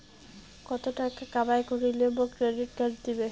কত টাকা কামাই করিলে মোক ক্রেডিট কার্ড দিবে?